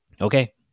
okay